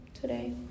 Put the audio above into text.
today